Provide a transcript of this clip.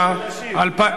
התשע"א 2010. השר רוצה להשיב.